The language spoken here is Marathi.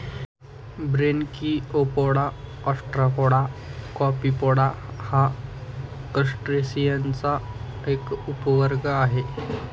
ब्रेनकिओपोडा, ऑस्ट्राकोडा, कॉपीपोडा हा क्रस्टेसिअन्सचा एक उपवर्ग आहे